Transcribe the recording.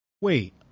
Wait